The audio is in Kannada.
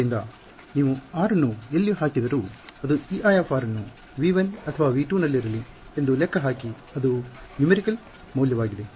ಆದ್ದರಿಂದ ನೀವು r ಅನ್ನು ಎಲ್ಲಿ ಹಾಕಿದರೂ ಅದು Ei ಅನ್ನು V1 ಅಥವಾ V2 ನಲ್ಲಿರಲಿ ಎಂದು ಲೆಕ್ಕ ಹಾಕಿ ಅದು ಸಂಖ್ಯಾತ್ಮಕ ಮೌಲ್ಯವಾಗಿದೆ